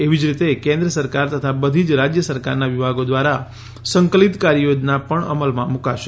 એવી જ રીતે કેન્દ્ર સરકાર તથા બધી જ રાજ્ય સરકારોના વિભાગો દ્વારા સંકલિત કાર્યયોજના પણ અમલમાં મૂકાશે